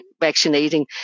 vaccinating